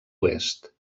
oest